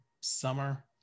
summer